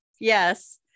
Yes